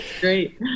great